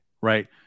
right